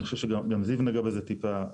אני חושב שגם זיו נגע בזה טיפה.